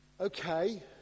okay